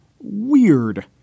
weird